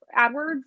AdWords